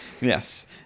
Yes